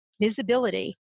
visibility